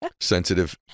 sensitive